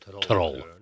Troll